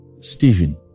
Stephen